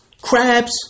Crabs